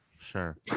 sure